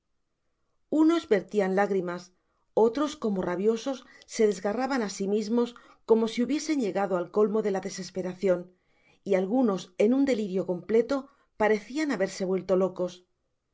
unos ver tian lágrimas otros como rabiosos se desgarraban á si mismos como si hubiesen llegado al colmo de la desesperacion y algunos en un delirio completo parecian haberse vuelto locos